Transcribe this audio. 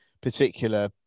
particular